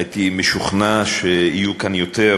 הייתי משוכנע שיהיו כאן יותר,